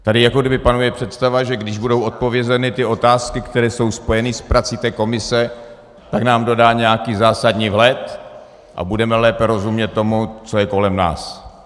Tady jakoby panuje představa, že když budou zodpovězeny ty otázky, které jsou spojeny s prací té komise, tak nám to dodá nějaký zásadní vhled a budeme lépe rozumět tomu, co je kolem nás.